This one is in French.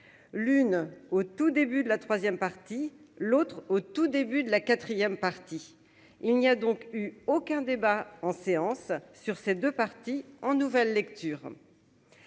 l'une au tout début de la 3ème partie, l'autre au tout début de la 4ème partie il n'y a donc eu aucun débat en séance sur ces 2 partis en nouvelle lecture.